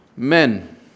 Men